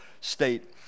state